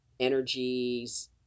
energies